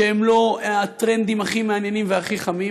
שהם לא הטרנדים הכי מעניינים והכי חמים,